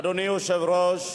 אדוני היושב-ראש,